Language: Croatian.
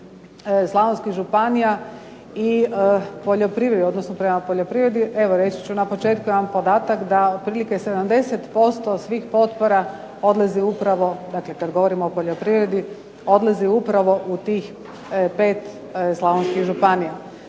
slavonskih županija i poljoprivredi, odnosno prema poljoprivredi, evo reći ću na početku jedan podatak da otprilike 70% svih potpora odlazi upravo, dakle kad govorim o poljoprivredi odlazi upravo u tih pet slavonskih županija.